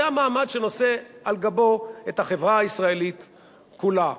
זה המעמד שנושא על גבו את החברה הישראלית כולה.